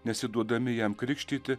nesiduodami jam krikštyti